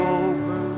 over